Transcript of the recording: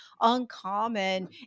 uncommon